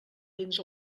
dins